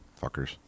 fuckers